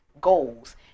goals